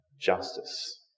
justice